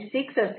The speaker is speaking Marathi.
2 हे 0